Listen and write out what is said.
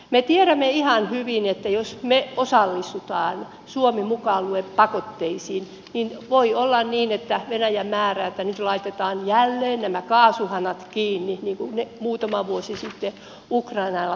me tiedämme ihan hyvin että jos me osallistumme suomi mukaan luettuna pakotteisiin niin voi olla niin että venäjä määrää että nyt laitetaan jälleen nämä kaasuhanat kiinni niin kuin muutama vuosi sitten ukrainassa tapahtui